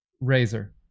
Razor